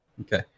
Okay